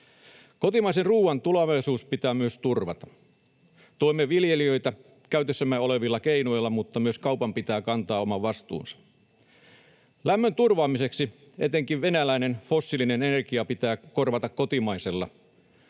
Kotimaisen ruuan tulevaisuus pitää myös turvata. Tuemme viljelijöitä käytössämme olevilla keinoilla, mutta myös kaupan pitää kantaa oma vastuunsa. Lämmön turvaamiseksi etenkin venäläinen fossiilinen energia pitää korvata kotimaisella